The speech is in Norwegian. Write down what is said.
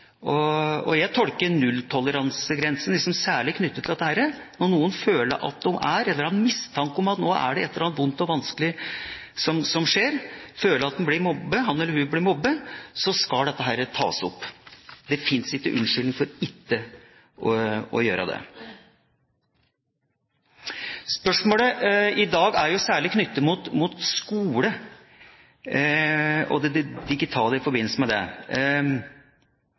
Jeg tolker nulltoleransegrensen slik at når noen føler seg mobbet, føler at nå er det noe vondt og vanskelig som skjer, skal dette tas opp. Det finnes ingen unnskyldninger for ikke å gjøre det. Spørsmålet i dag er særlig knyttet til skolen og det digitale i forbindelse med den. Egentlig kunne jeg hatt lyst til å ha stilt spørsmålet på en mer åpen og generell måte, men det